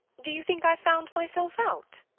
do you think i've found myself out?